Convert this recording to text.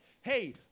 hey